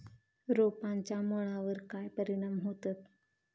रोपांच्या मुळावर काय परिणाम होतत?